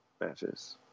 matches